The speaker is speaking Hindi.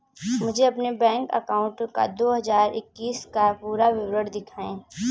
मुझे अपने बैंक अकाउंट का दो हज़ार इक्कीस का पूरा विवरण दिखाएँ?